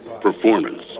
performance